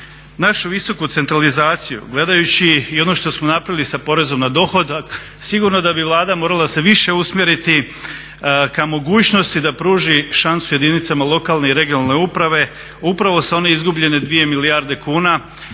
našu visoku centralizaciju, gledajući i ono što smo napravili sa porezom na dohodak, sigurno da bi Vlada morala se više usmjeriti ka mogućnosti da pruži šansu jedinicama lokalne i regionalne uprave upravo sa one izgubljene 2 milijarde kuna